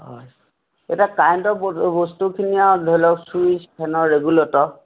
হয় এতিয়া কাৰেণ্টৰ বস্তুখিনি আৰু ধৰি লওক চুইছ ফেনৰ ৰেগুলেটৰ